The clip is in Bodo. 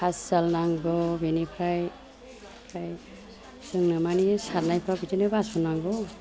फासियाल नांगौ बिनिफ्राय फाय जोंनो मानि सारनायफ्राव बिदिनो बासन नांगौ